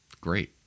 Great